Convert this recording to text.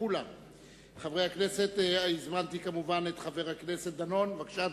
חבר הכנסת דנון, בבקשה.